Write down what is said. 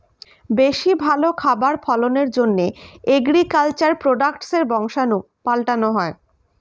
বেশি ভালো খাবার ফলনের জন্যে এগ্রিকালচার প্রোডাক্টসের বংশাণু পাল্টানো হয়